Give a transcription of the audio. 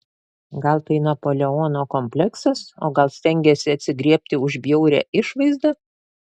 gal tai napoleono kompleksas o gal stengiasi atsigriebti už bjaurią išvaizdą